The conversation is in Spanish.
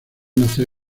nacer